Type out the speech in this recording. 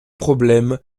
problèmes